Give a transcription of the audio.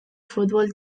futbol